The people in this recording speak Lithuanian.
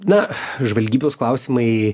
na žvalgybos klausimai